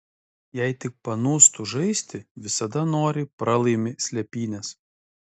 jei tik panūstu žaisti visada noriai pralaimi slėpynes